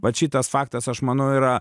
vat šitas faktas aš manau yra